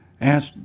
Asked